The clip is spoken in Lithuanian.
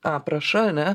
aprašą ane